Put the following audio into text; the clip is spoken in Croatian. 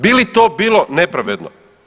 Bi li to bilo nepravedno?